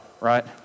right